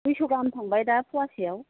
दुइस' गाहाम थांबाय दा फवासेआव